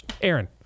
Aaron